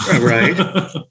Right